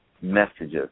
messages